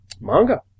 Manga